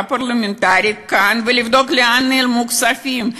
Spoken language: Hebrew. פרלמנטרית כאן ולבדוק לאן נעלמו הכספים.